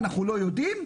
אנחנו איננו יודעים.